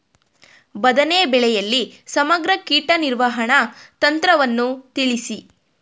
ಬದನೆ ಬೆಳೆಯಲ್ಲಿ ಸಮಗ್ರ ಕೀಟ ನಿರ್ವಹಣಾ ತಂತ್ರವನ್ನು ತಿಳಿಸಿ?